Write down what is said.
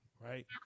right